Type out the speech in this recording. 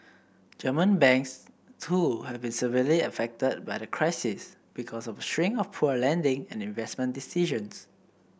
German banks too have been severely affected by the crisis because of a string of poor lending and investment decisions